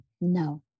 No